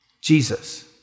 Jesus